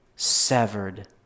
Severed